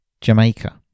Jamaica